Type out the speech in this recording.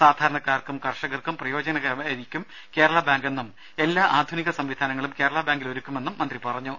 സാധാരണക്കാർക്കും കർഷകർക്കും പ്രയോജനകരമായിരിക്കും കേരള ബാങ്ക് എന്നും എല്ലാ ആധുനിക സംവിധാനങ്ങളും കേരള ബാങ്കിൽ ഒരുക്കുമെന്നും മന്ത്രി പറഞ്ഞു